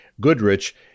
Goodrich